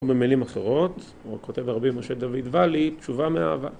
‫במילים אחרות, כותב הרבי ‫משה דוד ואלי, תשובה מאהבה.